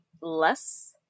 less